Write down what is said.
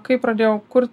kai pradėjau kurt